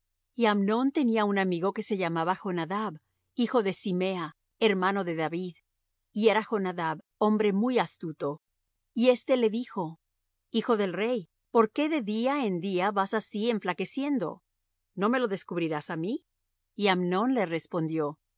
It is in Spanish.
y amnón tenía un amigo que se llamaba jonadab hijo de simea hermano de david y era jonadab hombre muy astuto y éste le dijo hijo del rey por qué de día en día vas así enflaqueciendo no me lo descubrirás á mí y amnón le respondió